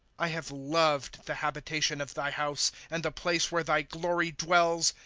i have loved the habitation of thy house, and the place where thy glory dwells.